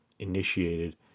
initiated